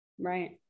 right